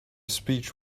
speech